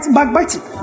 backbiting